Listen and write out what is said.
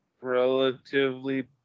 relatively